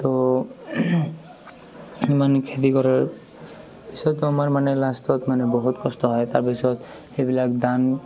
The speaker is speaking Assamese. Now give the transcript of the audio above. তো ইমান খেতি কৰাৰ পিছত আমাৰ মানে লাষ্টত মানে বহুত কষ্ট হয় তাৰপিছত সেইবিলাক দান